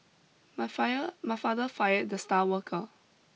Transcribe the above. my fire my father fired the star worker